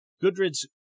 Gudrid's